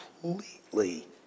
completely